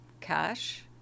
cash